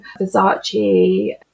Versace